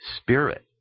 Spirit